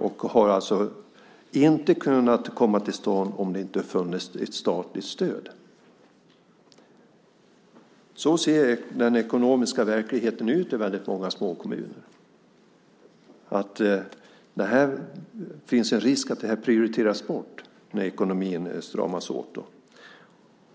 Det hade alltså inte kunnat komma till stånd om det inte funnits ett statligt stöd. Så ser den ekonomiska verkligheten ut i väldigt många små kommuner. Det finns en risk att det här prioriteras bort när ekonomin stramas åt.